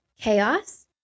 chaos